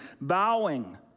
bowing